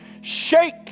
shake